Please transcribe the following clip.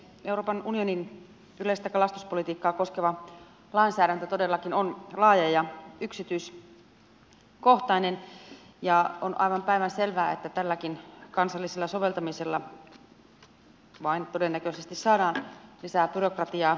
euroopan unionin yleistä kalastuspolitiikkaa koskeva lainsäädäntö todellakin on laaja ja yksityiskohtainen ja on aivan päivänselvää että tälläkin kansallisella soveltamisella vain todennäköisesti saadaan lisää byrokratiaa aikaan